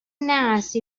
nice